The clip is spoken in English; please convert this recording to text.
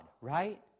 right